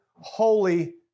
holy